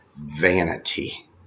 vanity